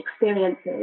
experiences